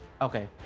okay